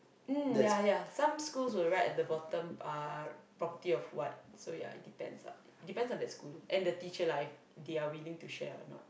mm ya ya some schools will write at the bottom uh property of what so ya it depends lah it depends on that school and the teacher lah if they are willing to share or not